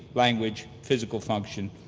language, physical function,